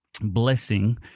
blessing